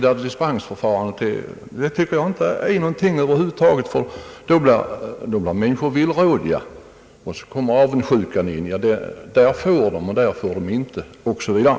Dispensförfarandet är enligt min mening över huvud taget inte till någon nytta. Det gör människor villrådiga, och så kommer avundsjukan in: Där får de jaga, men här får man inte, osv.